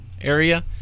area